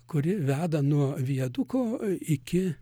kuri veda nuo viaduko iki